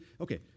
Okay